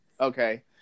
Okay